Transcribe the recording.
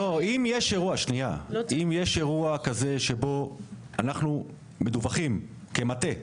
אם יש אירוע כזה אנחנו מדווחים כמטה.